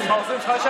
העוזרים שלך,